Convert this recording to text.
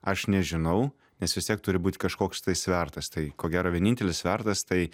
aš nežinau nes vis tiek turi būt kažkoks tai svertas tai ko gero vienintelis svertas tai